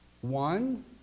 One